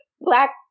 black